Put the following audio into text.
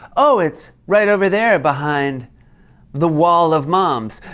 oh, it's right over there, behind the wall of moms.